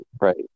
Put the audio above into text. right